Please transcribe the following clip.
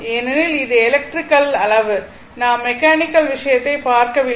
ஏனெனில் அது எலக்ட்ரிக்கல் அளவு நாம் மெக்கானிக்கல் விஷயத்தைப் பார்க்கவில்லை